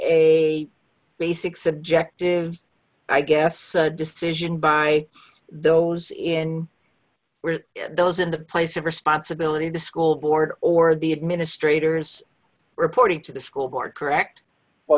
a basic subjective i guess decision by those in where those in the place of responsibility to school board or the administrators reporting to the school board correct well